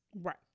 Right